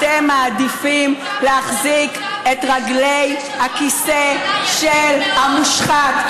אתם מעדיפים להחזיק את רגלי הכיסא של המושחת,